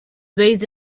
based